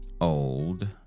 old